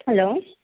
hello